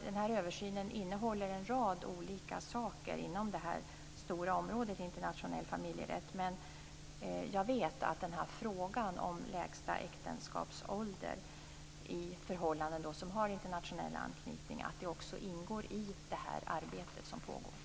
Den här översynen innehåller en rad olika saker inom det stora området internationell familjerätt. Jag vet att frågan om lägsta äktenskapsålder i förhållanden som har internationell anknytning ingår i det arbete som pågår.